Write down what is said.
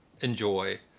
enjoy